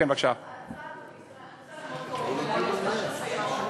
בנושא של הסייעות,